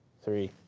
three,